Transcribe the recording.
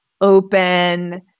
open